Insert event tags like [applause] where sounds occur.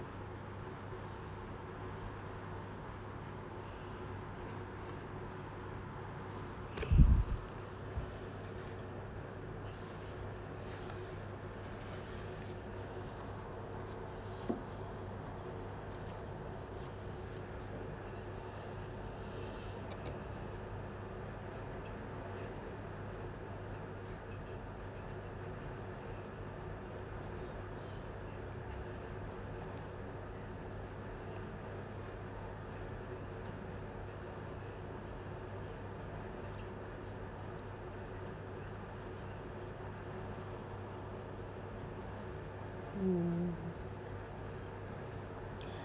[breath] mm